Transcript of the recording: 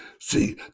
See